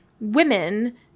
women